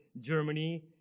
Germany